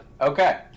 Okay